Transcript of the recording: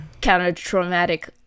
counter-traumatic